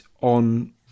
on